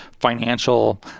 financial